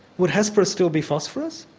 would hesperus still be phosphorus?